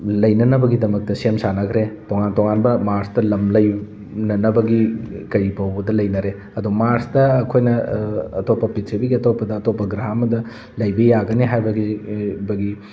ꯂꯩꯅꯅꯕꯒꯤꯗꯃꯛꯇ ꯁꯦꯝ ꯁꯥꯅꯈ꯭ꯔꯦ ꯇꯣꯉꯥꯟ ꯇꯣꯉꯥꯟꯕ ꯃꯥꯔꯁꯇ ꯂꯝ ꯂꯩꯅꯅꯕꯒꯤ ꯀꯔꯤꯐꯥꯎꯕꯗ ꯂꯩꯅꯔꯦ ꯑꯗꯣ ꯃꯥꯔꯁꯇ ꯑꯩꯈꯣꯏꯅ ꯑꯇꯣꯞꯄ ꯄꯤꯛꯊ꯭ꯔꯤꯕꯤꯒꯤ ꯑꯇꯣꯞꯄꯗ ꯑꯇꯣꯞꯄ ꯒ꯭ꯔꯍ ꯑꯃꯗ ꯂꯩꯕ ꯌꯥꯒꯅꯤ ꯍꯥꯏꯕꯒꯤ